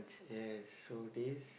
yes so this